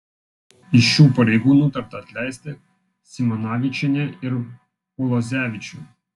iš šių pareigų nutarta atleisti simanavičienę ir ulozevičių